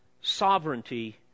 sovereignty